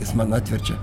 jis man atverčia